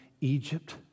Egypt